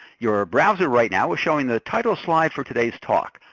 your browser right now is showing the title slide for today's talk.